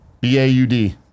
B-A-U-D